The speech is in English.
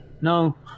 no